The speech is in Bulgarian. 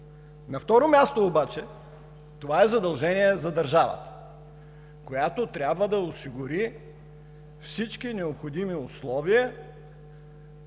На второ място обаче, това е задължение за държавата, която трябва да осигури всички необходими условия